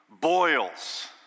boils